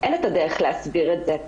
אין את הדרך להסביר את זה.